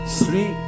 three